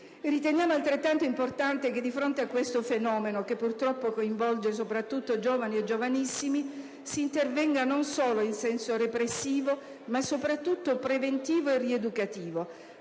Riteniamo altrettanto importante che di fronte a questo fenomeno, che purtroppo coinvolge soprattutto giovani e giovanissimi, si intervenga non solo in senso repressivo ma soprattutto preventivo e rieducativo.